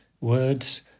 Words